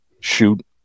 shoot